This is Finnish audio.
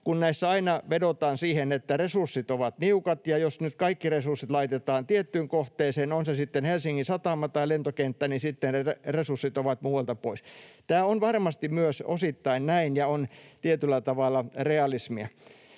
näissä aina vedotaan siihen, että resurssit ovat niukat, ja jos nyt kaikki resurssit laitetaan tiettyyn kohteeseen, on se sitten Helsingin satama tai lentokenttä, niin sitten ne resurssit ovat muualta pois. Tämä on varmasti myös osittain näin ja on tietyllä tavalla realismia.